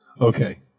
Okay